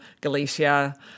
Galicia